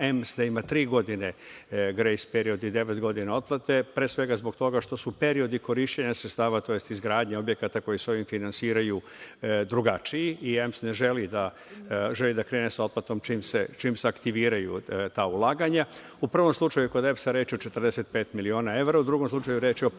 EMS da ima tri godine grejs period i devet godina otplate, pre svega zbog toga što su periodi korišćenja sredstava tj. izgradnje objekata koji se ovim finansiraju drugačiji i EMS želi da krene sa otplatom čim se aktiviraju ta ulaganja.U prvom slučaju kod EPS reč je o 45 miliona evra, u drugom slučaju reč je o 15 miliona evra.